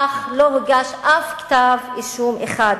אך לא הוגש אף כתב אישום אחד.